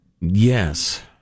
yes